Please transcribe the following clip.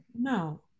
No